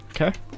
Okay